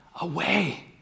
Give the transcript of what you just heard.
away